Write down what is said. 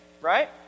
right